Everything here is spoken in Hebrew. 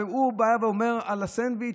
והוא בא ואומר על הסנדוויץ',